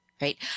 Right